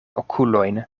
okulojn